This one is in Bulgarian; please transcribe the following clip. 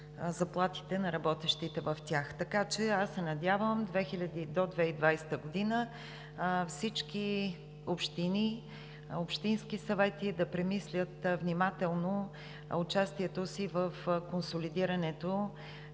заплатите на работещите в тях. Така че, надявам се до 2020 г. всички общини, общински съвети да премислят внимателно участието си в консолидирането